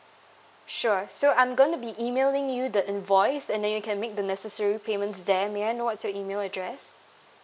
sure so I'm going to be emailing you the invoice and then you can make the necessary payments there may I know what's your email address